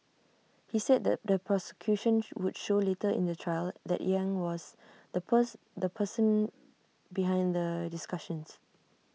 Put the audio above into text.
he said the the prosecution would show later in the trial that yang was the the person behind the discussions